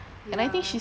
ya